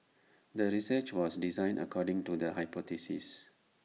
the research was designed according to the hypothesis